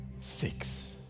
six